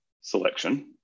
selection